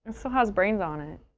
so has brains on it